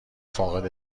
فاقد